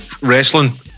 wrestling